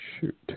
Shoot